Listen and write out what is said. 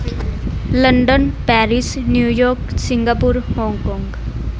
London Paris New York Singapore Hong Kong